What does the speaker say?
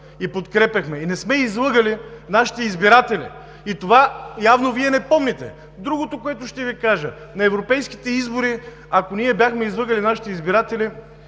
И подкрепяхме. И не сме излъгали нашите избиратели. Явно, Вие и това не помните. Още нещо ще Ви кажа. На европейските избори, ако ние бяхме излъгали нашите избиратели,